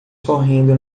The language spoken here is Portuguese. correndo